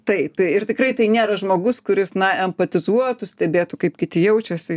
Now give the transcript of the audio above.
taip tai ir tikrai tai nėra žmogus kuris na empatizuotų stebėtų kaip kiti jaučiasi